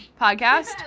podcast